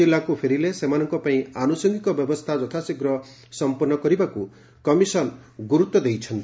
ଜିଲ୍ଲାକୁ ଫେରିଲେ ସେମାନଙ୍ପାଇଁ ଆନୁଷଙ୍ଗିକ ବ୍ୟବସ୍ଥା ଯଥାଶୀଘ୍ର ସମ୍ମର୍ଶ୍ୱ କରିବାକୁ କମିଶନର୍ ଗୁରୁତ୍ୱ ଦେଇଛନ୍ତି